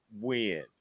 win